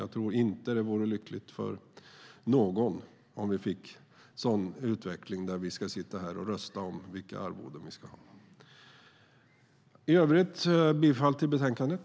Jag tror inte att det vore lyckligt för någon om vi fick en sådan utveckling att vi ska sitta här och rösta om vilka arvoden vi ska ha. I övrigt yrkar jag bifall till förslaget i betänkandet.